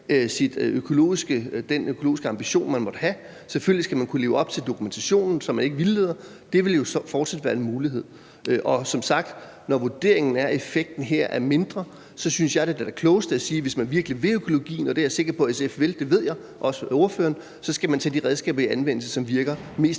den økologiske ambition, man måtte have. Selvfølgelig skal man kunne leve op til dokumentationskravene, så man ikke vildleder. Det vil jo fortsat være en mulighed. Og når vurderingen som sagt er, at effekten her er mindre, så synes jeg da, at det klogeste, hvis man virkelig vil økologien, og det er jeg sikker på SF vil – det ved jeg også at ordføreren vil – er at tage de redskaber i anvendelse, som virker mest